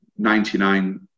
99